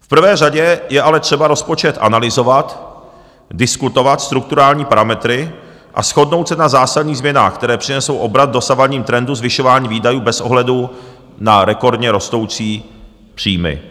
V prvé řadě je ale třeba rozpočet analyzovat, diskutovat strukturální parametry a shodnout se na zásadních změnách, které přinesou obrat k dosavadnímu trendu zvyšování výdajů bez ohledu na rekordně rostoucí příjmy.